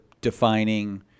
defining